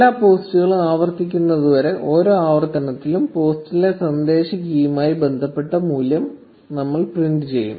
എല്ലാ പോസ്റ്റുകളും ആവർത്തിക്കുന്നതുവരെ ഓരോ ആവർത്തനത്തിലും പോസ്റ്റിലെ സന്ദേശ കീയുമായി ബന്ധപ്പെട്ട മൂല്യം നമ്മൾ പ്രിന്റ് ചെയ്യും